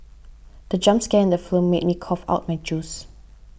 the jump scare in the film made me cough out my juice